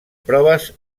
proves